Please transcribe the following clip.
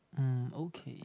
mm okay